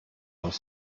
auf